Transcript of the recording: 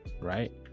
right